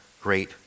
great